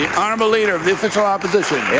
honourable leader of the official opposition.